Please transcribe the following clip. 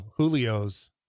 Julio's